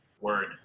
Word